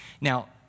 Now